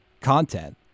content